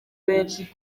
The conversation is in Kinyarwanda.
benshi